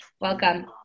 Welcome